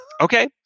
Okay